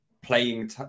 playing